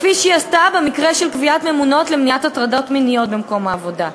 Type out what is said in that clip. כפי שהיא עשתה במקרה של קביעת ממונות למניעת הטרדה מינית במקום העבודה.